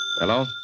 Hello